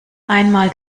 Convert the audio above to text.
einmal